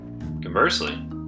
Conversely